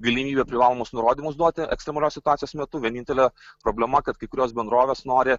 galimybė privalomus nurodymus duoti ekstremalios situacijos metu vienintelė problema kad kai kurios bendrovės nori